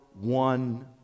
one